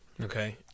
Okay